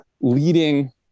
leading